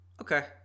Okay